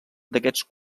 d’aquests